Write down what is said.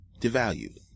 devalued